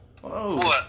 Whoa